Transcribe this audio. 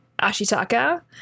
Ashitaka